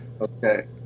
Okay